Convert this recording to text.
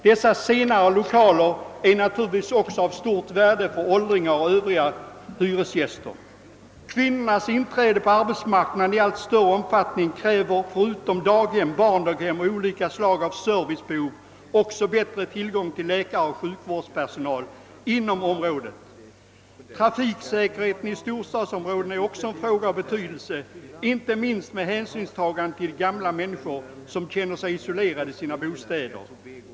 Dessa senare lokaler har naturligtvis också stort värde för åldringar och övriga hyresgäster. Kvinnornas inträde på arbetsmarknaden i allt större omfattning kräver förutom daghem, barndaghem och olika slag av annan service också bättre tillgång till läkare och sjukvårdspersonal inom området. Trafiksäkerheten i storstadsområdena är också en fråga av betydelse, inte minst med hänsynstagande till gamla människor, som känner sig isolerade i sina bostäder.